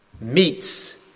meets